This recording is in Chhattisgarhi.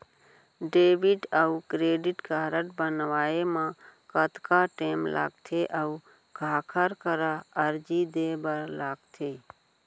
डेबिट अऊ क्रेडिट कारड बनवाए मा कतका टेम लगथे, अऊ काखर करा अर्जी दे बर लगथे?